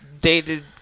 dated